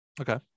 Okay